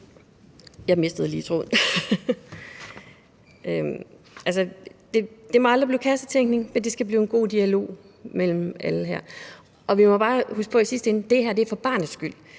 der kommer fra jer. Det må aldrig blive kassetænkning – det skal blive en god dialog mellem alle her. Og vi må bare huske på i sidste ende, at det her er for barnets skyld;